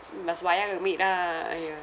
you must wayang a bit ah !aiyo!